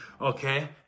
okay